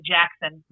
Jackson